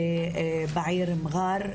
בעיר מרר,